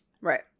Right